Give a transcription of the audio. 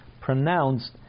pronounced